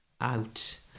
out